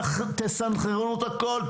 תסנכרנו את הכול.